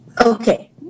Okay